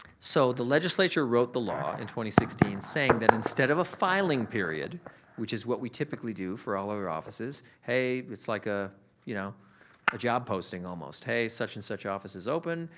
so, the legislature wrote the law in two sixteen saying that instead of a filing period which is what we typically do for all of our offices, hey, it's like ah you know a job posting almost, hey, such and such office is open.